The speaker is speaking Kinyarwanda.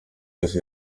yose